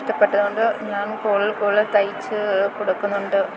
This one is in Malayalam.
ഇഷ്ടപ്പെട്ടതുകൊണ്ട് ഞാന് കൂടുതൽ കൂടുതൽ തയ്ച്ച് കൊടുക്കുന്നുണ്ട്